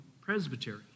presbytery